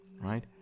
right